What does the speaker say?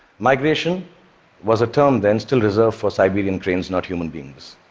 migration was a term then still reserved for siberian cranes, not human beings.